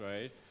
right